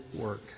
work